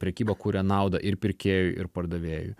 prekyba kuria naudą ir pirkėjui ir pardavėjui